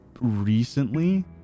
recently